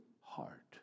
heart